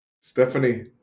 Stephanie